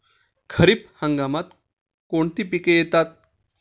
खरीप हंगामात कोणती पिके येतात?